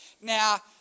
Now